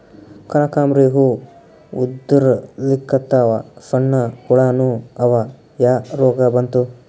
ಕನಕಾಂಬ್ರಿ ಹೂ ಉದ್ರಲಿಕತ್ತಾವ, ಸಣ್ಣ ಹುಳಾನೂ ಅವಾ, ಯಾ ರೋಗಾ ಬಂತು?